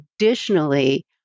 additionally